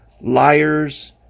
liars